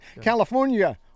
California